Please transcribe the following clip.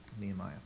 Nehemiah